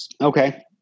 Okay